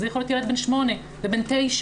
וזה יכול להיות ילד בן שמונה ובן תשע.